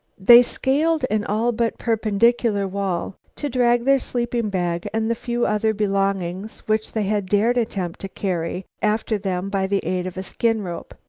they scaled an all but perpendicular wall, to drag their sleeping-bag and the few other belongings, which they had dared attempt to carry, after them by the aid of a skin-rope.